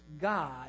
God